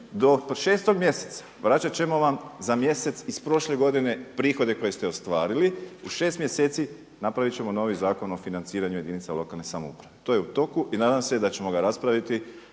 do 6. mjeseca, vraćati ćemo vam za mjesec iz prošle godine prihode koje ste ostvarili, u 6 mjeseci napraviti ćemo novi Zakon o financiranju jedinica lokalne samouprave. To je u toku i nadam se da ćemo ga raspraviti